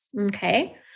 Okay